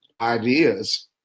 ideas